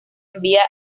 envía